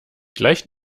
gleich